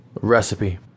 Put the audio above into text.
Recipe